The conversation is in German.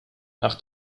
nach